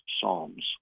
psalms